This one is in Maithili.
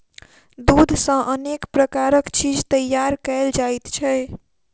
दूध सॅ अनेक प्रकारक चीज तैयार कयल जाइत छै